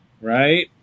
Right